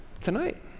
tonight